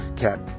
Cat